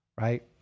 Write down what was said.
right